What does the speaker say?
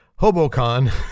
HoboCon